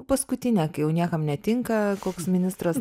paskutinė kai jau niekam netinka koks ministras